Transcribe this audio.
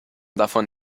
davon